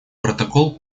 протокол